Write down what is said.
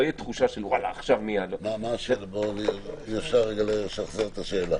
האם אפשר לשחזר את השאלה?